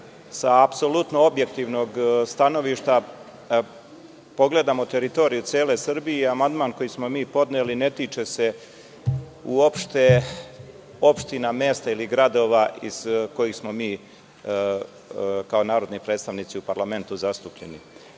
sa apsolutno objektivnog stanovišta da pogledamo teritoriju cele Srbije i amandman koji smo mi podneli ne tiče se uopšte opština, mesta ili gradova iz kojih smo mi, kao narodni predstavnici u parlamentu, zastupljeni.